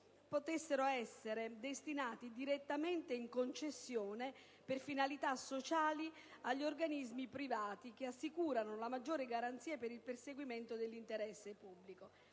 potessero essere destinati direttamente in concessione per finalità sociali agli organismi privati che assicurano la maggiore garanzia per il perseguimento dell'interesse pubblico.